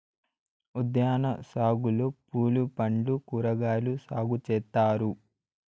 ఉద్యాన సాగులో పూలు పండ్లు కూరగాయలు సాగు చేత్తారు